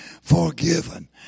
forgiven